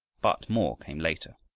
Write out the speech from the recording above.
but more came later.